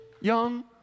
young